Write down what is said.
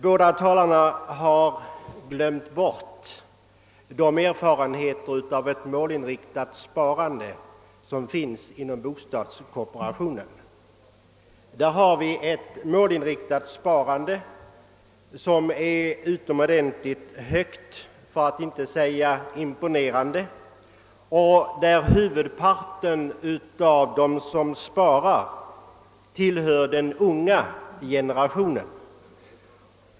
Båda talarna har glömt bort de erfarenheter som man har inom bostadskooperationen av ett målinriktat sparande. Huvudparten av dem som spar inom exempelvis HSB tillhör den unga generationen.